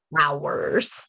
hours